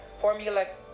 formula